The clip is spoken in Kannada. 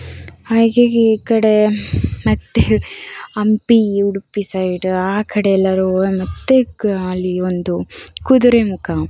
ಹಾಗೆ ಈ ಕಡೆ ಮತ್ತೆ ಹಂಪಿ ಈ ಉಡುಪಿ ಸೈಡ್ ಆ ಕಡೆ ಎಲ್ಲಾದ್ರು ಹೋ ಮತ್ತೆ ಅಲ್ಲಿ ಒಂದು ಕುದುರೆಮುಖ